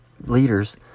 leaders